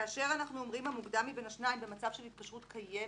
כאשר אנחנו אומרים: המוקדם מבין השניים במצב של התקשרות קיימת,